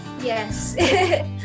Yes